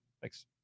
thanks